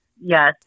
Yes